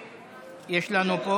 יש לנו פה